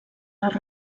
les